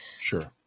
Sure